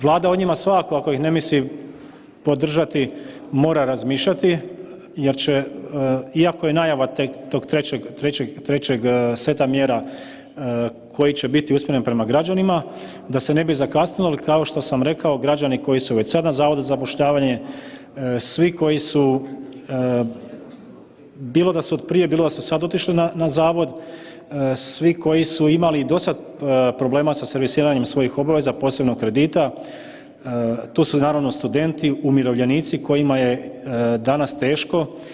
Vlada o njima svakako ako ih ne misli podržati, mora razmišljati jer će, iako je najava tog trećeg seta mjera koji će biti usmjereni prema građanima, da se ne bi zakasnilo, jer kao što sam rekao, građani koji su već sad na Zavodu za zapošljavanje, svi koji su, bilo da su prije, bilo da su sad otišli na Zavod, svi koji su imali i dosad problema sa servisiranjem svojih obaveza, posebno kredita, tu su naravno studenti, umirovljenici kojima je danas teško.